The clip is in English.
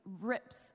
rips